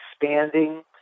expanding